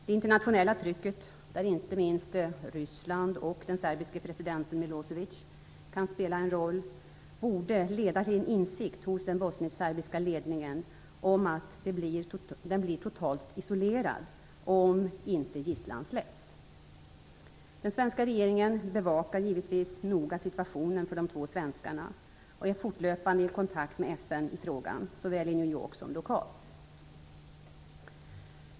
Det internationella trycket, där inte minst Ryssland och den serbiske presidenten Milosevic kan spela en roll, borde leda till en insikt hos den bosniskserbiska ledningen om att den blir totalt isolerad om inte gisslan släpps. Den svenska regeringen bevakar givetvis noga situationen för de två svenskarna och är fortlöpande i kontakt med FN i frågan, såväl i New York som lokalt.